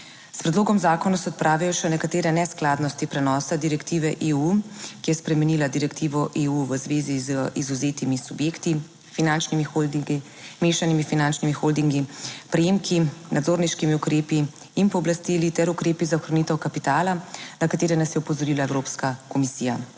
S predlogom zakona se odpravijo še nekatere neskladnosti prenosa direktive EU, ki je spremenila direktivo EU v zvezi z izvzetimi subjekti finančnimi holdingi, mešanimi finančnimi holdingi, prejemki, nadzorniškimi ukrepi in pooblastili ter ukrepi za ohranitev kapitala, na katere nas je opozorila Evropska komisija.